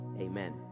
amen